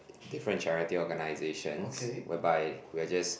different charity organizations whereby we are just